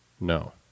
No